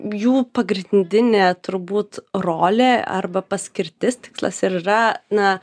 jų pagrindinė turbūt rolė arba paskirtis tikslas ir yra na